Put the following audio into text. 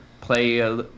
play